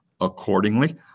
accordingly